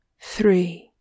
Three